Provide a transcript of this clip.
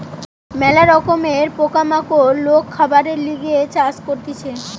ম্যালা রকমের পোকা মাকড় লোক খাবারের লিগে চাষ করতিছে